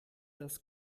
das